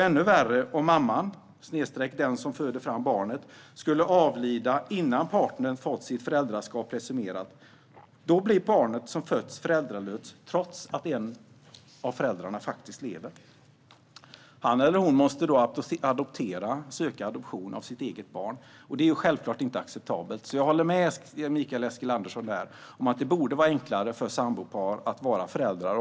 Ännu värre är det om mamman - den som föder barnet - skulle avlida innan partnern fått sitt föräldraskap presumerat. Då blir barnet som fötts föräldralöst, trots att en av föräldrarna faktiskt lever. Han eller hon måste då ansöka om adoption av sitt eget barn. Det är självklart inte acceptabelt. Jag håller därför med Mikael Eskilandersson om att det borde vara enklare för sambopar att vara föräldrar.